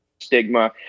stigma